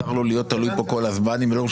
במקרה כזה, אם הכול